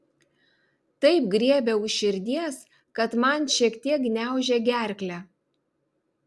taip griebia už širdies kad man šiek tiek gniaužia gerklę